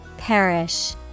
Perish